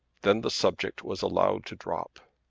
then the subject was allowed to drop.